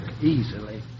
easily